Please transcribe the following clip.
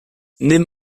nimm